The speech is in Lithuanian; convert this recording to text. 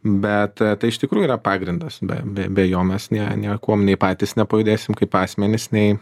bet tai iš tikrųjų yra pagrindas be be be jo mes niekuom nei patys nepajudėsim kaip asmenys nei